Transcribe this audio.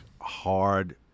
hard